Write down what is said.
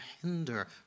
hinder